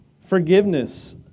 Forgiveness